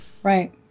Right